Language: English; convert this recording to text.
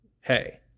hey